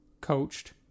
coached